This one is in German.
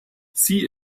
sie